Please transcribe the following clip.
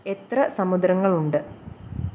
എത്ര സമുദ്രങ്ങളുണ്ട്